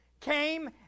came